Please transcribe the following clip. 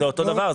זה אותו דבר.